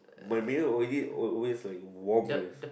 my mirror already always like warmest